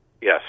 Yes